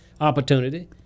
opportunity